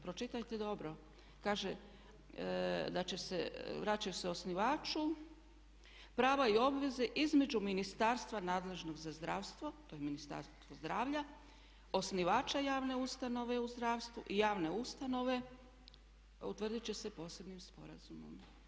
Pročitajte dobro, kaže da vraćaju se osnivaču, prava i obveze između ministarstva nadležnog za zdravstvo, to je Ministarstvo zdravlja, osnivača javne ustanove u zdravstvu i javne ustanove utvrdit će se posebnim sporazumom.